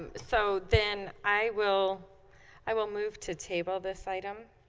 so then i will i will move to table this item